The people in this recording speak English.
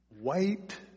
white